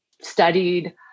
studied